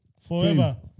Forever